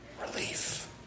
Relief